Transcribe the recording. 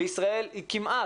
וישראל היא כמעט,